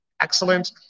excellent